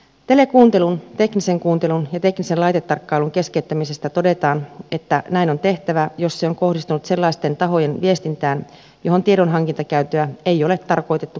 telekuuntelun teknisen kuuntelun ja teknisen laitetarkkailun keskeyttämisestä todetaan että näin on tehtävä jos se on kohdistunut sellaisten tahojen viestintään johon tiedonhankintakäyttöä ei ole tarkoitettu käytettävän